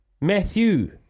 Matthew